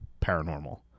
paranormal